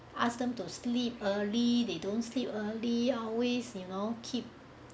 ask them to sleep early they don't sleep early always you know keep